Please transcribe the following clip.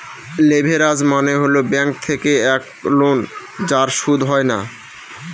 leverage মানে হল bank থেকে এক লোন যার সুদ হয় না